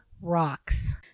rocks